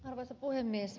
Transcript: arvoisa puhemies